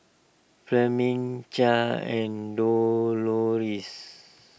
Fleming Chaz and Dolores